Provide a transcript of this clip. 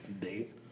Date